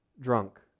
drunk